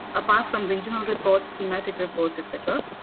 apart from regional reports, thematic reports, etc.